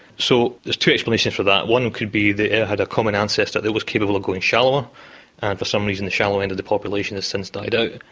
so there's two explanations for that, and one could be they had a common ancestor that was capable of going shallower and for some reason the shallow end of the population has since died out.